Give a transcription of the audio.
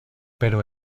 pero